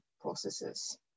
processes